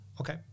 okay